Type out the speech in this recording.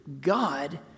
God